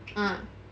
ah